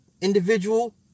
individual